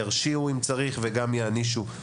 ירשיעו אם צריך וגם יענישו.